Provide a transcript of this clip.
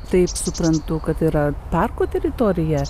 taip suprantu kad yra parko teritorija